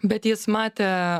bet jis matė